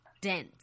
dense